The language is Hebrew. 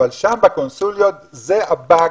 אבל שם בקונסוליות זה הבאג.